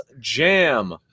Jam